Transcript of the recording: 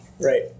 right